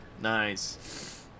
Nice